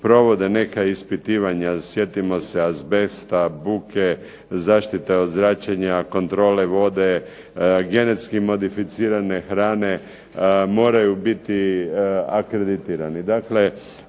neka ispitivanja sjetimo se azbesta, buke, zaštite od zračenja, kontrole vode, genetski modificirane hrane moraju biti akreditirani.